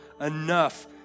enough